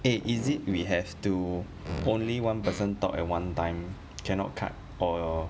eh is it we have to only one person talk at one time cannot cut or